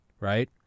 right